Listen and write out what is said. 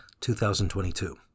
2022